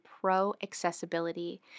pro-accessibility